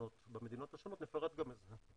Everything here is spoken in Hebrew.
הקרנות במדינות השונות, נפרט גם את זה.